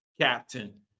Captain